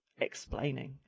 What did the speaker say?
explaining